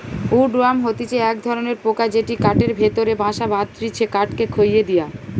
would worm হতিছে এক ধরণের পোকা যেটি কাঠের ভেতরে বাসা বাঁধটিছে কাঠকে খইয়ে দিয়া